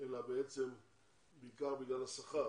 אלא בעיקר בגלל השכר.